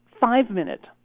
five-minute